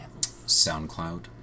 SoundCloud